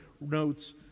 notes